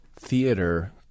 Theater